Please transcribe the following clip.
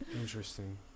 interesting